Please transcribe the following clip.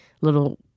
little